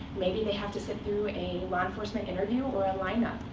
maybe they have to sit through a law-enforcement interview or a lineup.